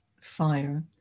fire